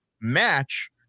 match